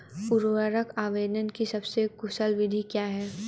उर्वरक आवेदन की सबसे कुशल विधि क्या है?